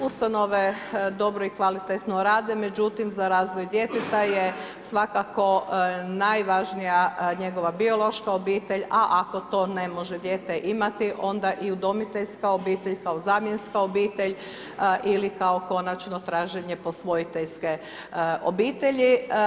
Ustanove dobro i kvalitetno rade, međutim, za razvoj djeteta je svakako najvažnija njegova biološka obitelj, a ako to ne može dijete imati onda i udomiteljska obitelj, kako zamjenska obitelj ili kao konačno traženje posvojitelje obitelji.